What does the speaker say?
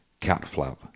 Catflap